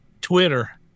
Twitter